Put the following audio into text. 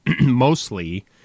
mostly